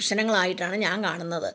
പ്രശ്നങ്ങൾ ആയിട്ടാണ് ഞാൻ കാണുന്നത്